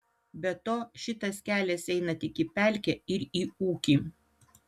be to šitas kelias eina tik į pelkę ir į ūkį